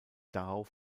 darauf